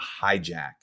hijack